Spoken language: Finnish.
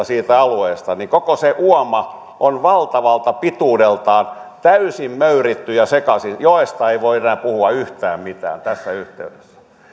siitä alueesta niin koko se uoma on valtavalta pituudeltaan täysin möyritty ja sekaisin joesta ei voi enää puhua yhtään mitään tässä yhteydessä